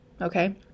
okay